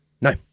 No